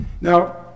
Now